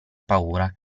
paura